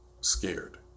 scared